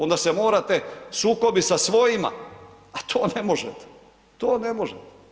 Onda se morate, sukobi sa svojima a to ne možete, to ne možete.